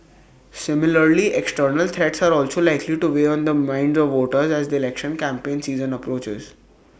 similarly external threats are also likely to weigh on the minds of voters as the election campaign season approaches